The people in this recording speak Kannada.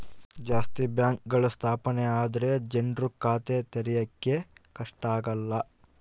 ಜಾಸ್ತಿ ಬ್ಯಾಂಕ್ಗಳು ಸ್ಥಾಪನೆ ಆದ್ರೆ ಜನ್ರು ಖಾತೆ ತೆರಿಯಕ್ಕೆ ಕಷ್ಟ ಆಗಲ್ಲ